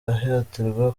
ahatirwa